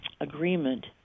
agreement